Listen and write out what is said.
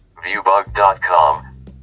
viewbug.com